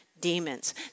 demons